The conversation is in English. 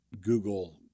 Google